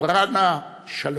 אדברה נא שלום."